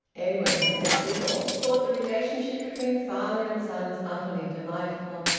edwin, who said little, thought the relationship between father and sons utterly delightful.